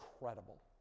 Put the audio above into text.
incredible